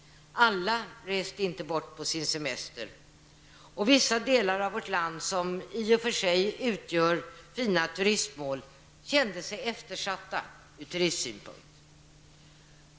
Alla reste inte bort på sin semester, och vissa delar av vårt land, som i och för sig utgör fina turistmål, kände sig eftersatta ur turistsynpunkt.